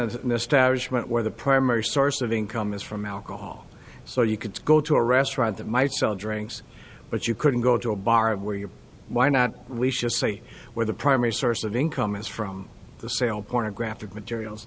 of an establishment where the primary source of income is from alcohol so you could go to a restaurant that might sell drinks but you couldn't go to a bar where you why not we should say where the primary source of income is from the sale pornographic materials